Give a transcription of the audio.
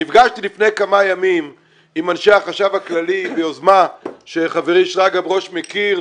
נפגשתי לפני כמה ימים עם אנשי החשב הכללי ביוזמה שחברי שרגא ברוש מכיר,